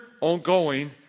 ongoing